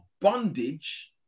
bondage